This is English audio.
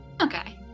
Okay